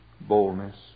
boldness